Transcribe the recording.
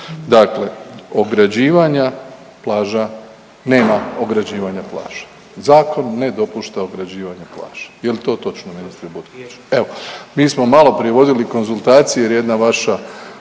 Dakle, ograđivanja plaža nema ograđivanja plaža. Zakon ne dopušta ograđivanje plaža. Je li to točno ministre Butkoviću? …/Upadica: Je./… Evo, mi smo maloprije vodili konzultacije jer je jedna vaša